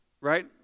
right